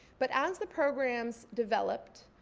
but as the programs developed,